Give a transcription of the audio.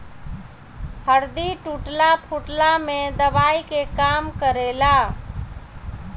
हरदी टूटला फुटला में दवाई के काम करेला